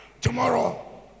Tomorrow